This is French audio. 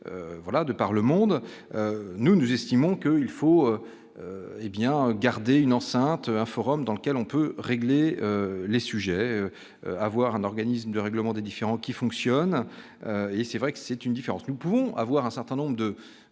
de par le monde, nous, nous estimons qu'il faut bien garder une enceinte un forum dans lequel on peut régler les sujets, avoir un organisme de règlement des différends qui fonctionne et c'est vrai que c'est une différence, nous pouvons avoir un certain nombre de